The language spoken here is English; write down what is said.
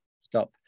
stop